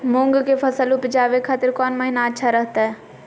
मूंग के फसल उवजावे खातिर कौन महीना अच्छा रहतय?